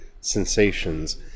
sensations